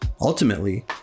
Ultimately